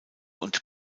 und